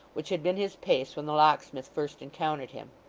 which had been his pace when the locksmith first encountered him.